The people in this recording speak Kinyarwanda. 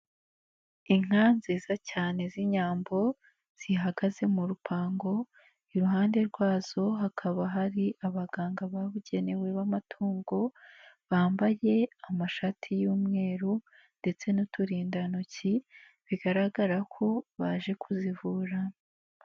Inka nziza cyane z'inyambo zihagaze mu rupango iruhande rwazo hakaba hari abaganga babugenewe b'amatungo bambaye amashati y'umweru ndetse n'uturindantoki bigaragara ko baje kuzivura.